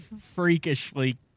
freakishly